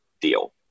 deal